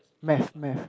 math math